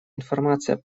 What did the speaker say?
информации